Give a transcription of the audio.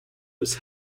was